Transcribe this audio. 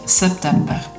september